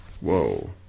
Whoa